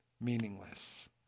Meaningless